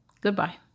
goodbye